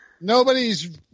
nobody's